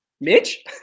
Mitch